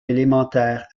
élémentaire